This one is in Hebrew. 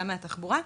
גם מהתחבורה,